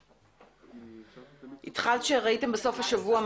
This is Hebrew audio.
כל עוד אין התייחסות להסדר החלף,